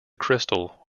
crystal